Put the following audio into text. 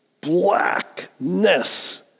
blackness